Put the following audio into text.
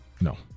No